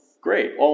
great